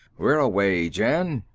we're away, jan.